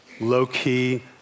low-key